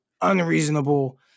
unreasonable